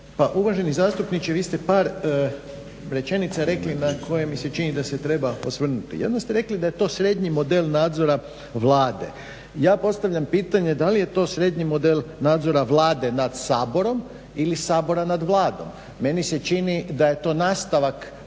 uvaženi zastupniče vi ste par rečenica rekli na koje mi se čini da se treba osvrnuti. Jedno ste rekli da je to srednji model nadzora Vlade. Ja postavljam pitanje da li je to srednji model nadzora Vlade nad Saborom ili Sabora nad Vladom? Meni se čini da je to nastavak onoga